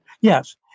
Yes